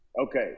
Okay